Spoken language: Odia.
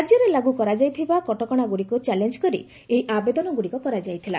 ରାଜ୍ୟରେ ଲାଗୁ କରାଯାଇଥିବା କଟକଣାଗୁଡ଼ିକୁ ଚ୍ୟାଲେଞ୍ଜ କରି ଏହି ଆବେଦନଗୁଡ଼ିକ କରାଯାଇଥିଲା